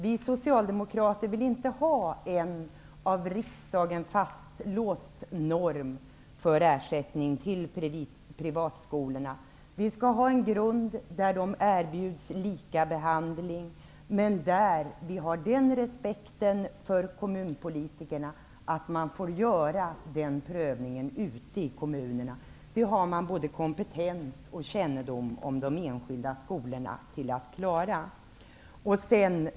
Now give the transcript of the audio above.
Vi socialdemokrater vill inte ha en av riksdagen fastslagen norm för ersättning till privatskolorna. Vi vill ha en grund där de erbjuds lika behandling men där man visar den respekten för kommunpolitikerna att prövningen får göras ute i kommunerna. Där finns både kompetens och kännedom om de enskilda skolorna.